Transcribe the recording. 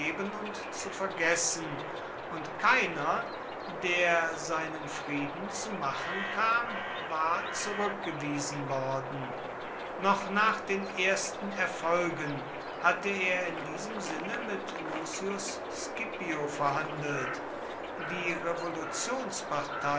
zu vergessen und keiner der seinen frieden zu machen kam war zurückgewiesen worden noch nach den ersten erfolgen hatte er in diesem sinne mit lucius scipio verhandelt die